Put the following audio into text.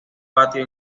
patio